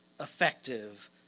effective